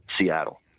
Seattle